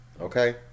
Okay